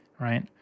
right